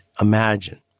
imagine